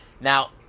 now